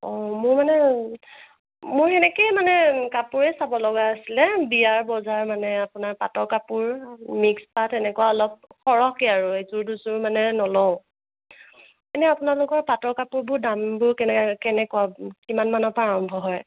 অঁ মোৰ মানে মোৰ এনেকেই মানে কাপোৰেই চাব লগা আছিলে বিয়াৰ বজাৰ মানে আপোনাৰ পাটৰ কাপোৰ মিক্স পাট এনেকুৱা অলপ সৰহকে আৰু এজোৰ দুযোৰ মানে নলওঁ এনে আপোনালোকৰ পাটৰ কাপোৰবোৰ দামবোৰ কেনেকা কেনেকুৱা কিমান মানৰ পৰা আৰম্ভ হয়